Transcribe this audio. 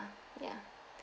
yeah